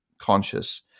conscious